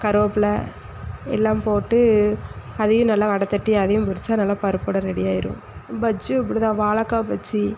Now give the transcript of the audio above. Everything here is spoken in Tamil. கருவேப்பிலை எல்லாம் போட்டு அதையும் நல்லா வடை தட்டி அதையும் பொரித்தா நல்லா பருப்புவடை ரெடியாகிரும் பஜ்ஜும் அப்படிதான் வாழக்கா பஜ்ஜி